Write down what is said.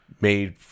made